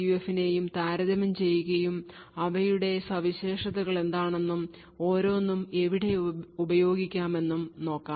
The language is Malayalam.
എഫിനെയും താരതമ്യം ചെയ്യുകയും അവയുടെ സവിശേഷതകൾ എന്താണെന്നും ഓരോന്നും എവിടെ ഉപയോഗിക്കാമെന്നും നോക്കാം